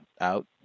out